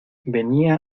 venía